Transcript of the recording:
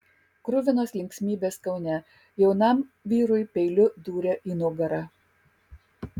kruvinos linksmybės kaune jaunam vyrui peiliu dūrė į nugarą